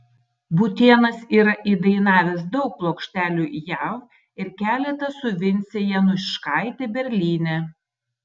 būtėnas yra įdainavęs daug plokštelių jav ir keletą su vince januškaite berlyne